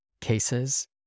cases